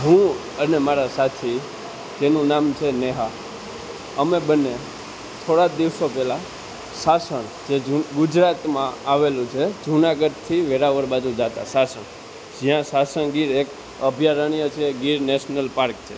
હું અને મારા સાથી જેનું નામ છે નેહા અમે બંને થોડા જ દિવસો પહેલાં સાસણ જે ગુજરાતમાં આવેલું છે જુનાગઢથી વેરાવળ બાજુ જતાં સાસણ જ્યાં સાસણ ગીર એક અભ્યારણ એ છે ગીર નેશનલ પાર્ક છે